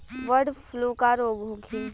Bird flu का रोग होखे?